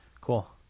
Cool